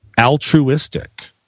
altruistic